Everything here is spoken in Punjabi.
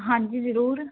ਹਾਂਜੀ ਜ਼ਰੂਰ